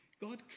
God